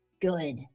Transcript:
good